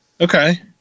Okay